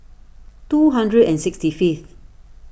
two hundred and sixty fifth